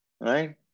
right